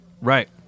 right